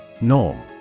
Norm